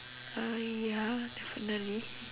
uh ya definitely